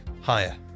Higher